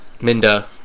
Minda